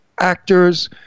actors